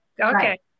Okay